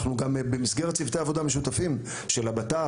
אנחנו גם במסגרת צוותי עבודה משותפים של הבט"פ,